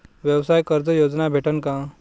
व्यवसाय कर्ज योजना भेटेन का?